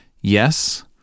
yes